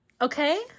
Okay